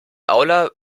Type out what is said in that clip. aula